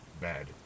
bad